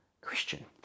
Christian